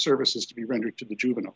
services to be rendered to the juvenile